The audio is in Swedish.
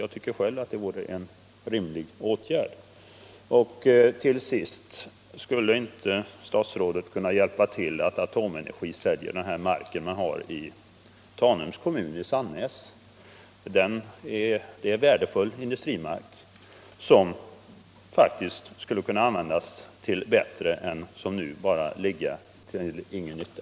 Själv tycker jag att det vore en rimlig åtgärd. Slutligen undrar jag om inte statsrådet kunde medverka till att Atomenergi säljer den mark som företaget nu har i Sannäs i Tanums kommun? Det är värdefull industrimark som skulle kunna användas till något bättre än att som nu bara ligga till ingen nytta.